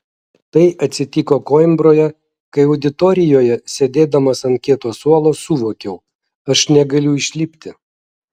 tai atsitiko koimbroje kai auditorijoje sėdėdamas ant kieto suolo suvokiau aš negaliu išlipti